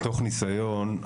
מתוך ניסיון,